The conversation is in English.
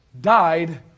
died